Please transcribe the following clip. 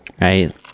right